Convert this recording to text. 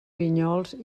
vinyols